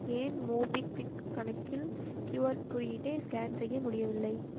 ஏன் மோபிக்விக் கணக்கில் கியூஆர் குறியீட்டை ஸ்கேன் செய்ய முடியவில்லை